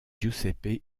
giuseppe